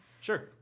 sure